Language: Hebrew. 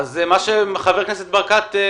זה מה שביקש חבר הכנסת ברקת.